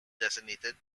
designated